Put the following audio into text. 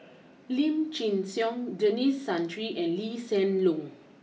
Lim Chin Siong Denis Santry and Lee Hsien Loong